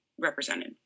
represented